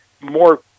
more